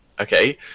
okay